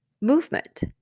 movement